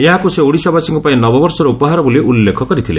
ଏହାକୁ ସେ ଓଡ଼ିଶାବାସୀଙ୍କ ପାଇଁ ନବବର୍ଷର ଉପହାର ବୋଲି ଉଲ୍ଲେଖ କରିଥିଲେ